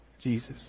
Jesus